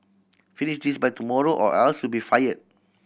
finish this by tomorrow or else you'll be fire